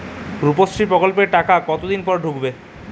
রুপশ্রী প্রকল্পের টাকা কতদিন পর ঢুকবে?